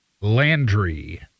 Landry